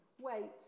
wait